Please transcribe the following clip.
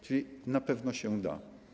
Czyli na pewno się da.